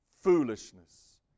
foolishness